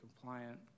compliant